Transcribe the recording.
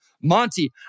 Monty